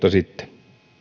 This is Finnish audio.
sitten